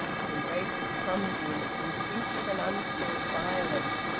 the embrace was clumsy in its instinctive and unskilled violence,